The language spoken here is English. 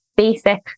Basic